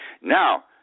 Now